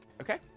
Okay